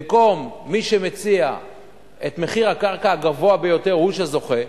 במקום שמי שמציע את מחיר הקרקע הגבוה ביותר הוא שזוכה,